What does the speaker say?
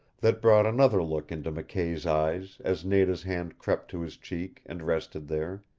that brought another look into mckay's eyes as nada's hand crept to his cheek, and rested there.